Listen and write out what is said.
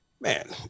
man